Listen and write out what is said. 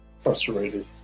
frustrated